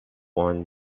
won